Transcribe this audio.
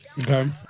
Okay